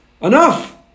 Enough